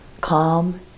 Calm